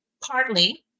partly